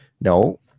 No